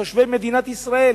תושבי מדינת ישראל,